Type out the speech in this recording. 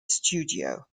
studio